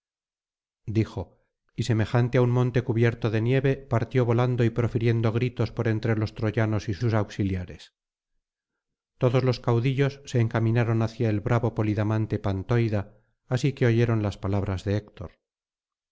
dijo y semejante á un monte cubierto de nieve partió volando y profiriendo gritos por entre los tróvanos y sus auxiliares todos los caudillos se encaminaron hacia el bravo polidamante pantoida así que oyeron las palabras de héctor